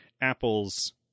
Apple's